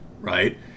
right